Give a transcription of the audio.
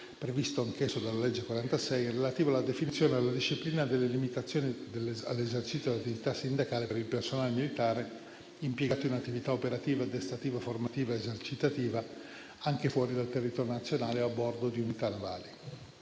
previsto anch'esso dalla citata legge n. 46, relativo alla definizione della disciplina delle limitazioni all'esercizio dell'attività sindacale per il personale militare impiegato in attività operativa, addestrativa, formativa ed esercitativa anche fuori dal territorio nazionale e a bordo di unità navali.